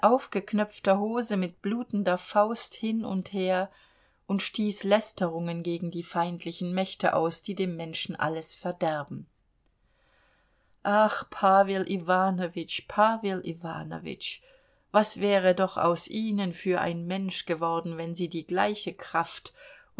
aufgeknöpfter hose mit blutender faust hin und her und stieß lästerungen gegen die feindlichen mächte aus die dem menschen alles verderben ach pawel iwanowitsch pawel iwanowitsch was wäre doch aus ihnen für ein mensch geworden wenn sie die gleiche kraft